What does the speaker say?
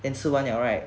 then 吃完 liao right